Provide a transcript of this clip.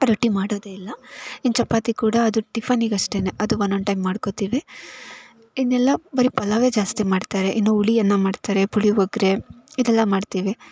ರೊಟ್ಟಿ ಮಾಡೋದೆ ಇಲ್ಲ ಇನ್ನು ಚಪಾತಿ ಕೂಡ ಅದು ಟಿಫನ್ನಿಗೆ ಅಷ್ಟೇ ಅದು ಒಂದೊಂದ್ ಟೈಮ್ ಮಾಡ್ಕೋತೀವಿ ಇನ್ನೆಲ್ಲ ಬರೀ ಪಲಾವೇ ಜಾಸ್ತಿ ಮಾಡ್ತಾರೆ ಇನ್ನು ಹುಳಿ ಅನ್ನ ಮಾಡ್ತಾರೆ ಪುಳಿಯೋಗ್ರೆ ಇದೆಲ್ಲ ಮಾಡ್ತೀವಿ